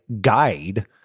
guide